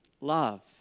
love